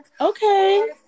Okay